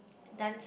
dance